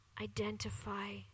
Identify